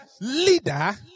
leader